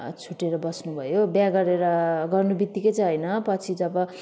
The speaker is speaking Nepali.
छुट्टिएर बस्नुभयो बिहे गरेर गर्नु बित्तिकै चाहिँ होइन पछि जब